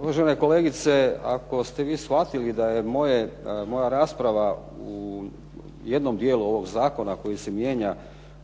Uvažene kolegice, ako ste vi shvatili da je moja rasprava u jednom dijelu ovog zakona koji se mijenja,